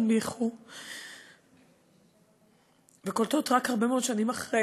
באיחור וקולטות רק הרבה מאוד שנים אחרי